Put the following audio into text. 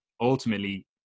ultimately